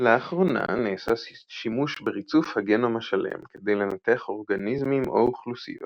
לאחרונה נעשה שימוש בריצוף הגנום השלם כדי לנתח אורגניזמים או אוכלוסיות